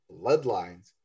Bloodlines